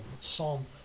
Psalm